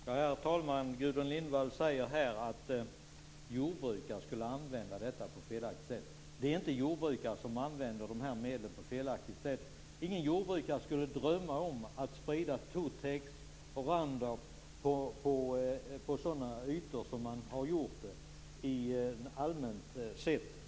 Herr talman! Gudrun Lindvall säger här att jordbrukare skulle använda dessa medel på ett felaktigt sätt. Det är inte jordbrukare som använder de här medlen på ett felaktigt sätt. Ingen jordbrukare skulle drömma om att sprida Totex och Round up på sådana ytor som det varit fråga om totalt sett.